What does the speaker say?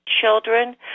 children